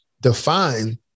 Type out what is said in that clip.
define